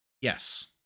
Yes